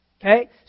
Okay